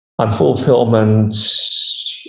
unfulfillment